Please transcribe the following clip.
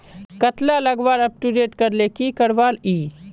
कतला लगवार अपटूडेट करले की करवा ई?